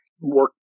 Work